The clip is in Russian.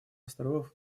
островов